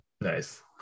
nice